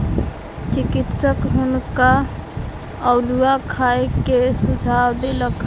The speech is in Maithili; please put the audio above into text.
चिकित्सक हुनका अउलुआ खाय के सुझाव देलक